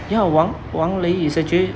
you know 王王雷 is actually